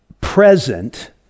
present